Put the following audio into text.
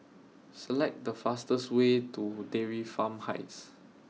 Select The fastest Way to Dairy Farm Heights